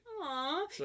Aw